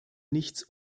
nichts